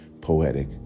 poetic